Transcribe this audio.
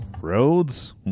roads